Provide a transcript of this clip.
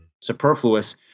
superfluous